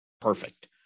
perfect